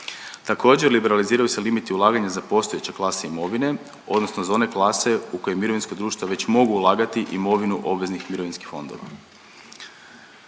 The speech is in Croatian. Također liberaliziraju se limiti ulaganja za postojeće klase imovine odnosno za one klase u koje mirovinska društva već mogu ulagati imovinu obveznih mirovinskih fondova.